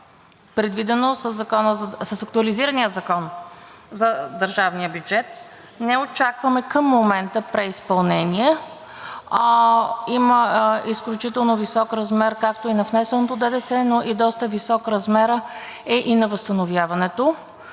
предвидено с актуализирания Закон за държавния бюджет. Не очакваме към момента преизпълнение. Има изключително висок размер както и на внесения ДДС, но доста висок е размерът и на възстановяването.